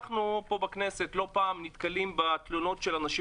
אנחנו פה בכנסת לא פעם נתקלים בתלונות של אנשים